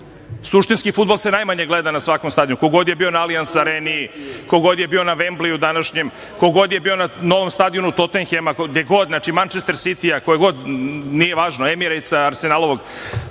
suštinski fudbal se najmanje gleda na svakom stadionu. Ko god je bio na Alijans areni, ko god je bio na Vembliju današnjem, ko god je bio novom stadionu Totenhema, gde god, Mančester sitija, koje god, nije važno, Emirejtsa, Arsenalovog,